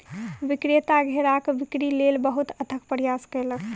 विक्रेता घेराक बिक्री लेल बहुत अथक प्रयास कयलक